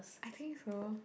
I think so